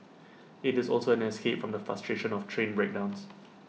IT is also an escape from the frustration of train breakdowns